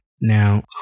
Now